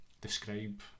describe